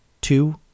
two